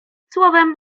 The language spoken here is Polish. słowem